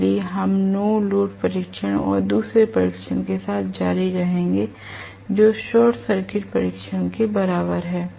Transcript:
इसलिए हम no load परीक्षण और दूसरे परीक्षण के साथ जारी रहेंगे जो शॉर्ट सर्किट परीक्षण के बराबर है